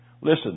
Listen